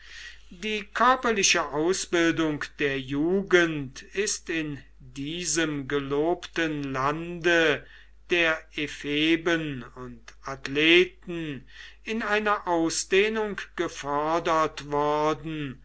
die körperliche ausbildung der jugend ist in diesem gelobten lande der epheben und athleten in einer ausdehnung gefördert worden